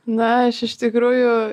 na aš iš tikrųjų